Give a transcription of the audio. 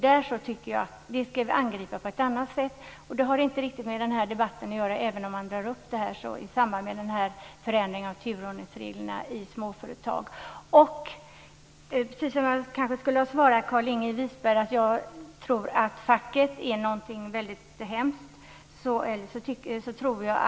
Det ska vi angripa på ett annat sätt. Det har inte riktigt med den här debatten att göra, även om man drar upp det i samband med förändringen av turordningsreglerna i småföretag. Carlinge Wisberg sade att jag tror att facket är någonting väldigt hemskt, och jag skulle kanske ha svarat honom som jag gör nu.